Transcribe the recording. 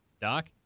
Doc